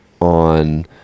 on